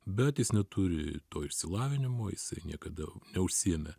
bet jis neturi to išsilavinimo jisai niekada neužsiėmė